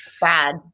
bad